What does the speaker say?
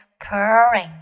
purring